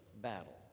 battle